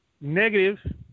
negative